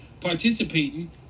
participating